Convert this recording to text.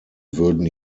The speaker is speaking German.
würden